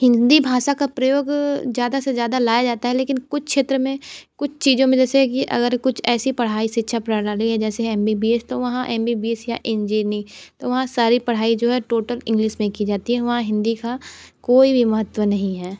हिंदी भाषा का प्रयोग ज़्यादा से ज़्यादा लाया जाता है लेकिन कुछ क्षेत्र में कुछ चीज़ों में जैसे कि अगर कुछ ऐसी पढ़ाई शिक्षा प्रणाली है जैसे एम बी बी एस तो वहाँ एम बी बी एस या इंजीनि तो वहाँ सारी पढ़ाई जो है टोटल इंग्लिश में की जाती है वहाँ हिंदी का कोई भी महत्व नहीं हैं